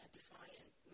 defiant